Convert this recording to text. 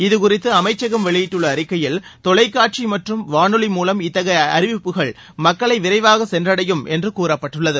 இதுகுறித்து அமைச்சகம் வெளியிட்டுள்ள அறிக்கையில் தொலைக்காட்சி மற்றும் வானொலி மூலம் இத்தகைய அறிவிப்புகள் மக்களை விரைவாக சென்றடையும் என்று கூறப்பட்டுள்ளது